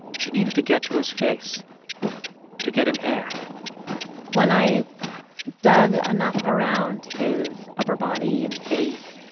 she needed to get to his face to get him air when i dug enough around his upper body and face,